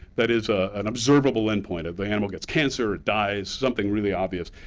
that is an observable endpoint. the animal gets cancer, it dies, something really obvious.